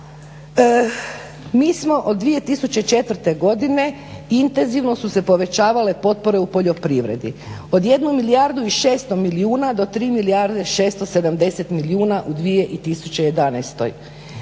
Mi smo od 2004. intenzivno su se povećavale potpore u poljoprivredi. Od 1 milijardu i 600 milijuna do 3 milijarde 670 milijuna u 2011. Potpore